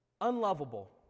unlovable